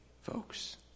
folks